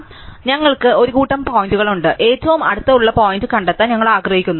അതിനാൽ ഞങ്ങൾക്ക് ഒരു കൂട്ടം പോയിന്റുകളുണ്ട് ഏറ്റവും അടുത്തുള്ള പോയിന്റ് കണ്ടെത്താൻ ഞങ്ങൾ ആഗ്രഹിക്കുന്നു